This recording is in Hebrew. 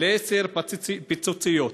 לעשר פיצוציות,